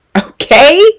Okay